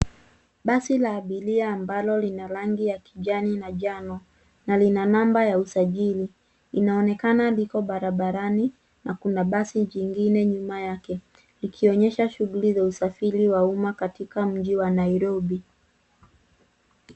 Basi la abiria ambalo lina rangi ya kijani na njano na lina namba ya usajili. Inaonekana liko barabarani na kuna basi jingine nyuma yake likionyesha shughuli za usafiri wa umma katika mji wa Nairobi.